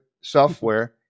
software